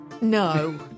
No